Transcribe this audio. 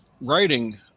writing